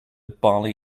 bali